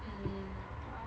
mmhmm uh